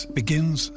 begins